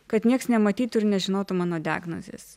kad nieks nematytų ir nežinotų mano diagnozės